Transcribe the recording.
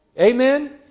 Amen